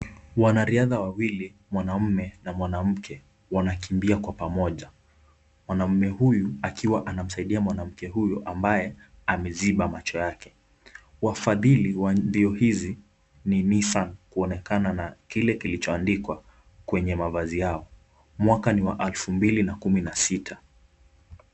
Wanariadha wawili, mwanamme na mwanamke, wanakimbia kwa pamoja. Mwanamme huyu akiwa anamsaidia mwanamke huyo ambaye ameziba macho yake. Wafadhili wa mbio hizi ni Nissan kuonekana na kile kilichoandikwa kwenye mavazi yao. Mwaka ni wa alfu mbili na kumi na sita.